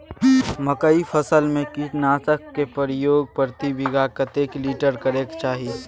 मकई फसल में कीटनासक के प्रयोग प्रति बीघा कतेक लीटर करय के चाही?